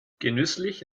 genüsslich